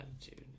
attitude